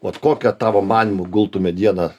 vat kokia tavo manymu gultų mediena